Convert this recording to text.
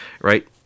right